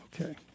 okay